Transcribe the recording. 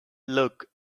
look